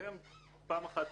פעם אחת,